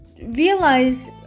realize